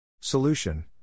Solution